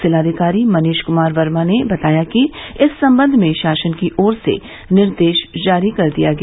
जिलाधिकारी मनीष कुमार वर्मा ने बताया कि इस संबंध में शासन की ओर से निर्देश जारी कर दिया गया है